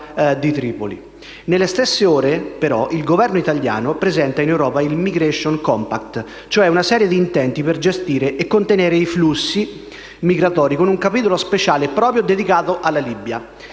di Tripoli. Nelle stesse ore, però, il Governo italiano presenta in Europa il *migration compact*, cioè una serie di intenti per gestire e contenere i flussi migratori, con un capitolo speciale proprio dedicato alla Libia.